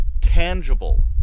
tangible